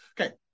Okay